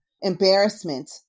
embarrassment